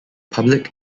public